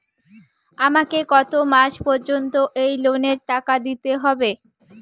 আমাকে কত মাস পর্যন্ত এই লোনের টাকা দিতে হবে?